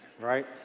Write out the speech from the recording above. right